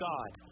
God